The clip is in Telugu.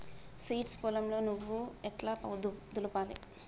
సీడ్స్ పొలంలో పువ్వు ఎట్లా దులపాలి?